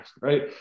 right